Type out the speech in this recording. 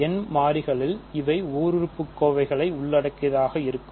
n மாறிகளில் இவை ஓருறுப்பு கோவைகளை உள்ளடக்கியதாகும்